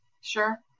Sure